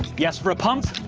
yes for a pump.